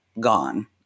gone